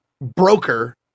broker